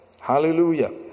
Hallelujah